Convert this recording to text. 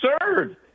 absurd